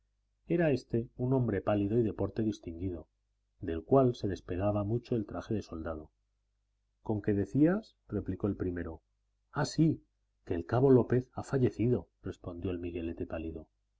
era éste un hombre pálido y de porte distinguido del cual se despegaba mucho el traje de soldado conque decías replicó el primero ah sí que el cabo lópez ha fallecido respondió el miguelete pálido